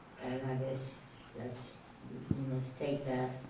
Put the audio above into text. and i guess that's we must take that